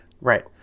Right